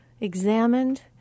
examined